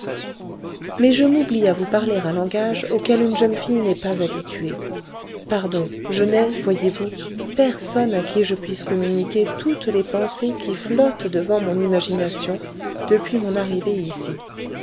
mais je m'oublie à vous parler un langage auquel une jeune fille n'est pas habituée pardon je n'ai voyez-vous personne à qui je puisse communiquer toutes les pensées qui flottent devant mon imagination depuis mon arrivée ici